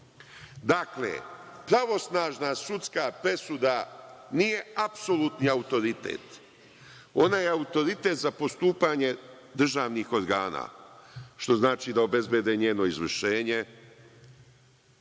živ. Dakle, pravosnažna sudska presuda nije apsolutni autoritet. Ona je autoritet za postupanje državnih organa, što znači da obezbede njeno izvršenje,